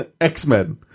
X-Men